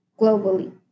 globally